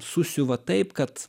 susiuva taip kad